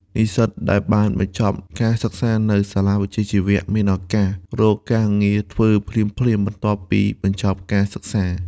និស្សិតដែលបានបញ្ចប់ការសិក្សានៅ សាលាវិជ្ជាជីវៈ មានឱកាស រកការងារធ្វើភ្លាមៗ បន្ទាប់ពីបញ្ចប់ការសិក្សា។